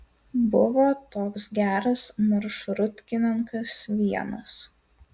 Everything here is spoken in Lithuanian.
buvo toks geras maršrutkininkas vienas